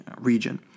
region